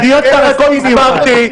גם כאלה יש בקרבנו.